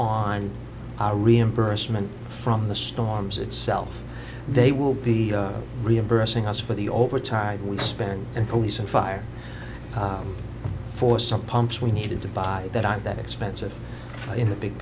on a reimbursement from the storms itself they will be reimbursing us for the overtime we spend and police and fire for some pumps we needed to buy that i'm that expensive in the big